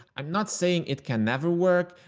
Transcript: i'm not saying it can never work,